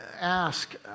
ask